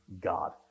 God